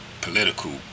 political